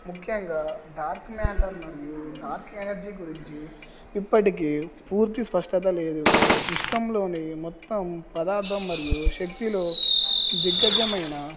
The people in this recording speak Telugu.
ముఖ్యంగా డార్క్ మ్యాటర్ మరియు డార్క్ ఎనర్జీ గురించి ఇప్పటికీ పూర్తి స్పష్టత లేదు విశ్వంలోని మొత్తం పదార్థం మరియు శక్తిలో దిగ్గజమైన